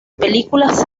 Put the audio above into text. películas